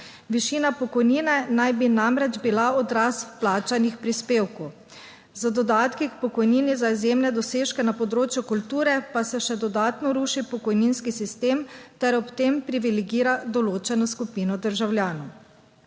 Višina pokojnine naj bi namreč bila odraz vplačanih prispevkov z dodatki k pokojnini za izjemne dosežke na področju kulture pa se še dodatno ruši pokojninski sistem ter ob tem privilegira določeno skupino državljanov.